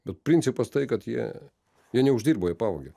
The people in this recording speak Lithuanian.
bet principas tai kad jie jie neuždirbo jie pavogė